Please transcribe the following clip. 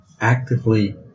actively